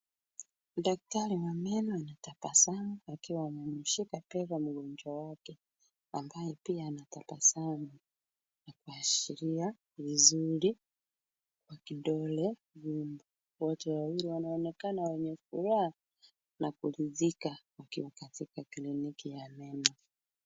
Daktari wameno anatabasamu akiwa amemshika bega mgonjwa wake. Ambaye pia anatabasamu. Na kuashiria vizuri, wa kidole wote gumba wawili wanaonekana wamefurahi na kuridhika wakiwa katika kliniki ya meno.